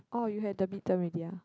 orh you have the midterm already ah